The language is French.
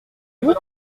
vous